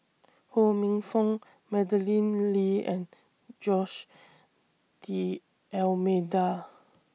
Ho Minfong Madeleine Lee and Jose D'almeida